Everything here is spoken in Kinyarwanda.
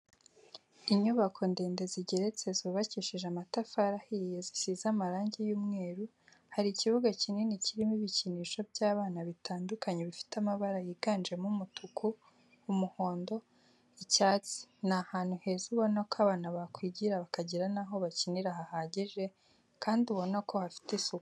Inyubako ndende zigeretse zubakishije amatafari ahiye zisize amarangi y'umweru hari ikibuga kinini kirimo ibikinisho by'abana bitandukanye bifite amabara yiganjemo umutuku, umuhondo, icyatsi ni ahantu heza ubona ko abana bakwigira bakagira n'aho bakinira hahagije, kandi ubonako hafite isuku.